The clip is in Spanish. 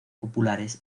populares